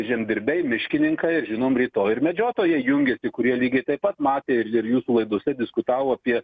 žemdirbiai miškininkai žinom rytoj ir medžiotojai jungiasi kurie lygiai taip pat matė ir ir jūsų laidose diskutavo apie